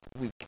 week